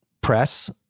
press